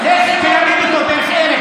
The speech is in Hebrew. (חבר הכנסת בועז טופורובסקי יוצא מאולם המליאה.) לך תלמד אותו דרך ארץ,